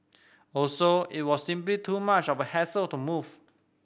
also it was simply too much of a hassle to move